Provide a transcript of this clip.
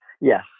yes